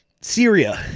Syria